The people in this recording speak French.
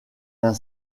d’un